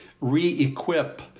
re-equip